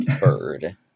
bird